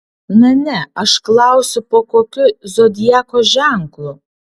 na ne aš klausiu po kokiu zodiako ženklu